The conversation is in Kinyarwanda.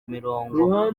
mirongo